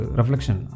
reflection